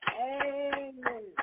Amen